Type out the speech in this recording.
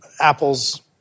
Apple's